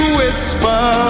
whisper